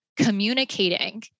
communicating